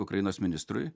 ukrainos ministrui